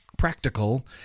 practical